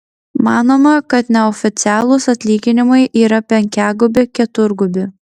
manoma kad neoficialūs atlyginimai yra penkiagubi keturgubi